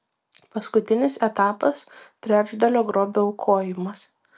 paskutinis etapas trečdalio grobio aukojimas